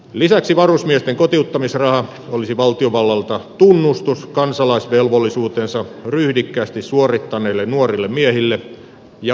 lisäksi varusmiesten kotiuttamisraha olisi valtiovallalta tunnustus kansalaisvelvollisuutensa ryhdikkäästi suorittaneille nuorille miehille ja vapaaehtoisille naisille